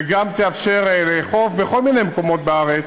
וגם תאפשר לאכוף בכל מיני מקומות בארץ